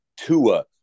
Tua